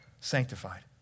sanctified